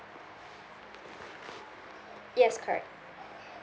yes correct